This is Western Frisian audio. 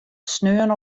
sneon